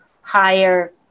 higher